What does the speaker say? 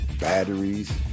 batteries